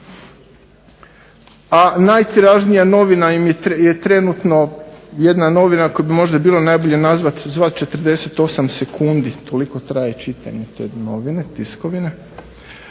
a najtiražnija novina im je trenutno jedna novina koju bi možda bilo najbolje nazvati 48 sekundi, toliko traje čitanje te novine, tiskovine,